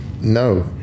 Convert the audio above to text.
no